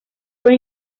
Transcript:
fue